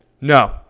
No